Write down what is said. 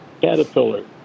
Caterpillar